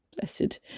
blessed